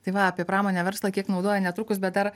tai va apie pramonę verslą kiek naudoja netrukus bet dar